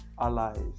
allies